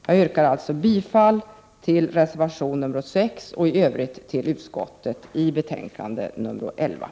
Jag yrkar alltså bifall till reservation 6 och i övrigt till utskottets hemställan.